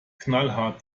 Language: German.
knallhart